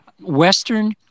Western